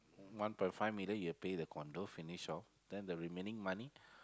one point five million you pay the condo finish off then the remaining money